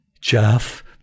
Jeff